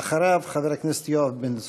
אחריו, חבר הכנסת יואב בן צור.